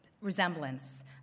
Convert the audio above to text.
resemblance